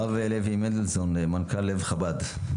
הרב לוי מנדלזון, מנכ"ל לב חב"ד.